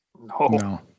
No